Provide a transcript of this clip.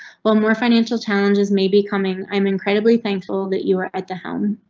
well, more financial challenges may be coming. i'm incredibly thankful that you were at the helm.